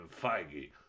Feige